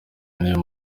n’uyu